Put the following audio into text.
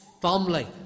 family